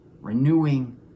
renewing